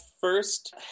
first